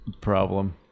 problem